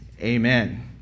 Amen